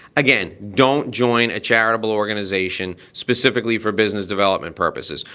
again, don't join a charitable organization specifically for business development purposes.